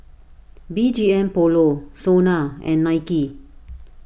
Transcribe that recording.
B G M Polo Sona and Nike